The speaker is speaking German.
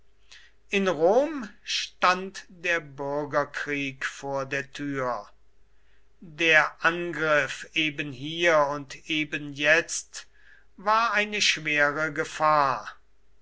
in rom stand der bürgerkrieg vor der tür der angriff ebenhier und ebenjetzt war eine schwere gefahr